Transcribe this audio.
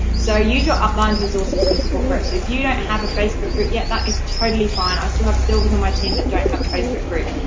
so ah use your upline's resources and support groups. so, if you don't have a facebook group yet, that is totally fine. i still have silvers on my team that don't have a facebook group,